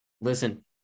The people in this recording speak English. Listen